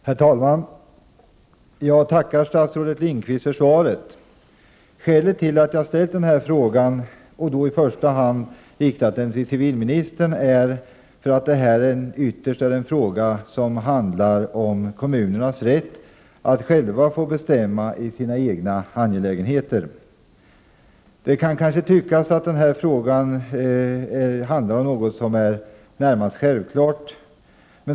Herr talman! Jag tackar statsrådet Lindqvist för svaret. Skälet till att jag ställde den här frågan i första hand till civilministern är att detta ytterst är en fråga som handlar om kommunernas rätt att själva bestämma i sina egna angelägenheter. Det kan tyckas att frågan gäller något som närmast är självklart.